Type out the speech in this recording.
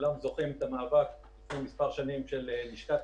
כולם זוכרים את המאבק לפני מספר שנים של לשכת